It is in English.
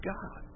God